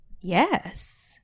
Yes